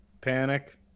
Panic